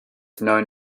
known